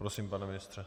Prosím, pane ministře.